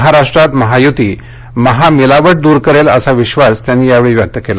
महाराष्ट्रात महायुती महामिलावट दूर करेल असा विश्वास यावेळी त्यांनी व्यक्त केला